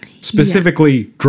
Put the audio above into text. Specifically